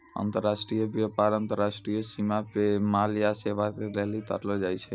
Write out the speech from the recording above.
अन्तर्राष्ट्रिय व्यापार अन्तर्राष्ट्रिय सीमा पे माल या सेबा के लेली करलो जाय छै